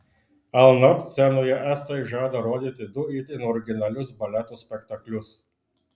lnobt scenoje estai žada rodyti du itin originalius baleto spektaklius